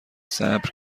صبر